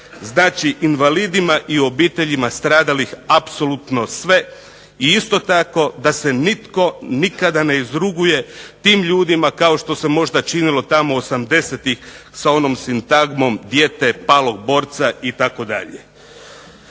Znači invalidima i obiteljima stradalih apsolutno sve, i isto tako da se nitko nikada ne izruguje tim ljudima, kao što se možda činilo tamo 80-ih sa onom sintagmom dijete palog borca itd.